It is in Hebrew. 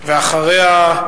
אחריה,